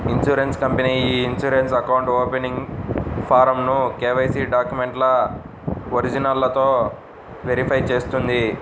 insurance company ఇ insurance account opening ఫారమ్ను KYC డాక్యుమెంట్ల ఒరిజినల్లతో వెరిఫై చేస్తుంది